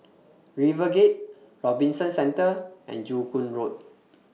RiverGate Robinson Centre and Joo Koon Road